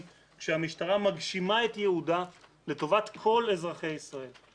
כשהמשטרה מגשימה את ייעודה לטובת כל אזרחי ישראל.